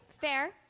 fair